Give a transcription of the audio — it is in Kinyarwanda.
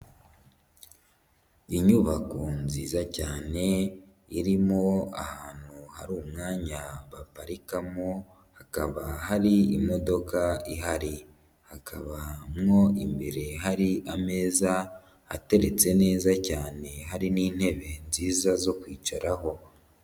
Inyubako nziza cyane irimo ahantu hari umwanya baparikamo hakaba hari imodoka ihari, hakabamwo imbere hari ameza ateretse neza cyane, hari n'intebe nziza zo kwicaraho.